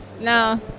No